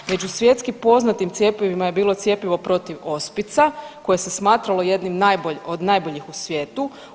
Među svjetski poznatim cjepivima je bilo cjepivo protiv ospica koje se smatralo jedno od najboljih u svijetu.